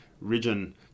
region